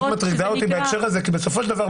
מטרידה אותי בהקשר הזה כי בסופו של דבר,